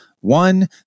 One